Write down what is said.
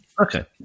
okay